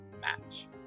match